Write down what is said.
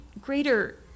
greater